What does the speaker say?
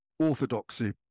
orthodoxy